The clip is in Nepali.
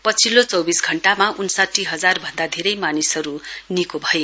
पछिल्लो चौविस घण्टामा उन्साठी हजार भन्दा धेरै मानिसहरु निको भए